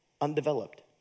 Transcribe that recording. undeveloped